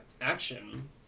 Action